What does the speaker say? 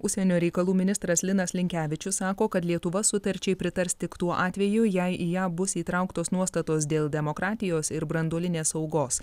užsienio reikalų ministras linas linkevičius sako kad lietuva sutarčiai pritars tik tuo atveju jei į ją bus įtrauktos nuostatos dėl demokratijos ir branduolinės saugos